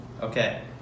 Okay